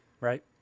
Right